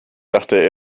dachte